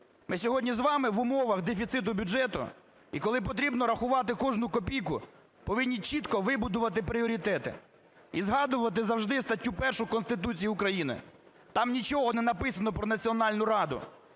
Ми сьогодні з вами в умовах дефіциту бюджету, і коли потрібно рахувати кожну копійку, повинні чітко вибудовувати пріоритети і згадувати завжди статтю 1 Конституції України. Там нічого не написано про Національну раду,